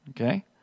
Okay